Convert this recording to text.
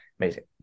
amazing